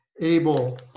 able